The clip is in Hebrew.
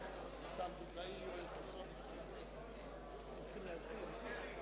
שרת התרבות מביאה חוק חשוב ביותר בפעם השנייה בימים האחרונים,